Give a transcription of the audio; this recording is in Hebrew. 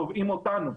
תובעים אותנו.